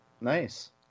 Nice